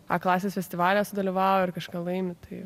a klasės festivaliuose dalyvauja ir kažką laimi tai